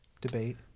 debate